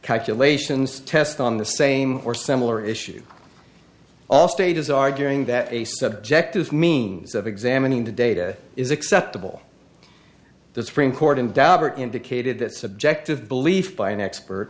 calculations test on the same or similar issue all stages arguing that a subjective means of examining the data is acceptable the supreme court and daubert indicated that subjective belief by an expert